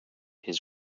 his